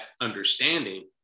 understanding